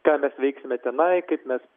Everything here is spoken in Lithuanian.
ką mes veiksime tenai kaip mes